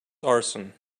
arson